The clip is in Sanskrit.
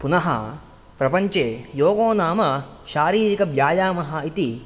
पुनः प्रपञ्चे योगो नाम शारीरिकव्यायामः इति